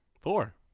Four